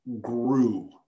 grew